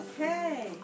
Okay